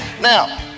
Now